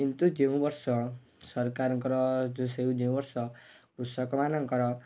କିନ୍ତୁ ଯେଉଁ ବର୍ଷ ସରକାରଙ୍କର ଯେଉଁ ବର୍ଷ କୃଷକ ମାନଙ୍କର